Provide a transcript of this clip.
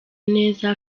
neza